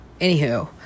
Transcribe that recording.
Anywho